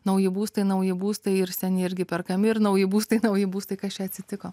nauji būstai nauji būstai ir seni irgi perkami ir nauji būstai nauji būstai kas čia atsitiko